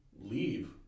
leave